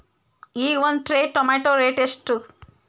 ಈಗ ಒಂದ್ tray tomato rate ಎಷ್ಟ?